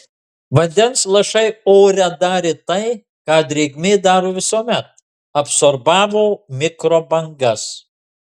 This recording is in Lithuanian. vandens lašai ore darė tai ką drėgmė daro visuomet absorbavo mikrobangas